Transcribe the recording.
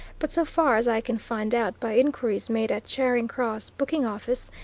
but so far as i can find out by inquiries made at charing cross booking office,